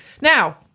Now